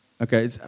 okay